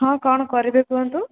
ହଁ କ'ଣ କରିବେ କୁହନ୍ତୁ